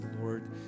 Lord